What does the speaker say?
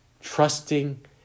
trusting